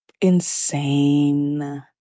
insane